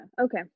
okay